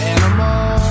Animal